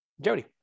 Jody